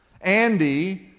Andy